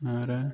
आरो